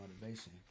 motivation